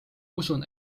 usun